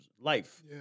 life